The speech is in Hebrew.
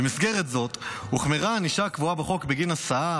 במסגרת זו הוחמרה הענישה הקבועה בחוק בגין הסעה,